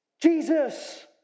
Jesus